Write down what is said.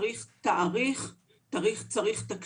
צריך תאריך ותקציב,